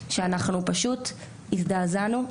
שפשוט הזדעזענו,